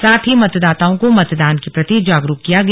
साथ ही मतदाताओं को मतदान के प्रति जागरूक किया गया